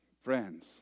Friends